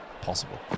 possible